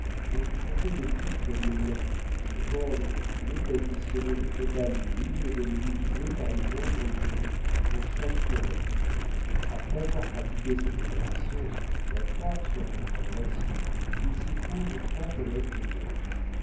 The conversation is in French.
mais vous comptez les titres et les blancs j'ai ordre de finot d'additionner le total des lignes et de les diviser par le nombre voulu pour chaque colonne après avoir pratiqué cette opération strangulatoire sur votre rédaction il s'y trouve trois colonnes de moins